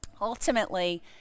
Ultimately